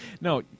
No